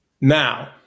Now